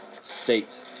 state